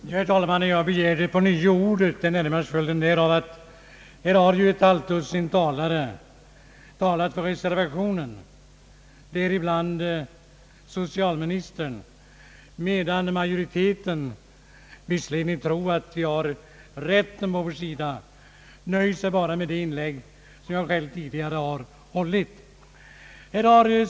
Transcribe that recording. Herr talman! Jag begärde ånyo ordet närmast kanske av den orsaken att ett halvt dussin inlägg nu har gjorts för reservationen — bland dem socialministerns — medan majoriteten nöjt sig med bara det inlägg jag själv tidi gare gjort; förvisso i övertygelsen att vi har det bästa förslaget.